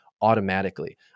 automatically